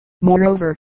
moreover